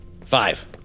Five